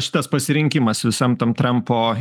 šitas pasirinkimas visam tam trampo